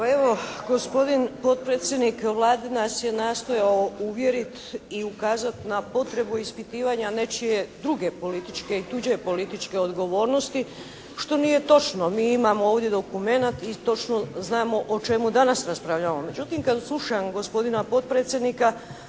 evo gospodin potpredsjednik Vlade nas je nastojao uvjeriti i ukazati na potrebu ispitivanja nečije druge političke i tuđe političke odgovornosti što nije točno. Mi imamo ovdje dokumenat i točno znamo o čemu danas raspravljamo. Međutim kad slušam gospodina potpredsjednika